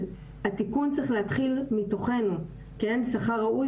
התיקון צריך להתחיל מתוכנו: שכר ראוי